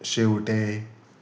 शेंवटें